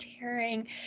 tearing